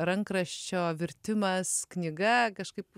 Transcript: rankraščio virtimas knyga kažkaip